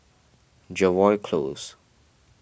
Jervois Close